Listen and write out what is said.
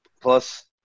Plus